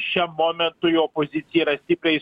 šiam momentui opozicija yra stipriai